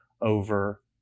over